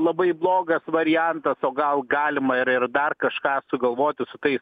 labai blogas variantas o gal galima ir ir dar kažką sugalvoti su tais